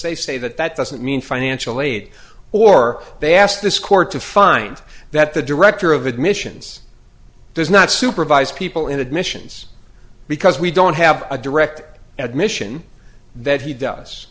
they say that that doesn't mean financial aid or they ask this court to find that the director of admissions does not supervise people in admissions because we don't have a direct admission that he does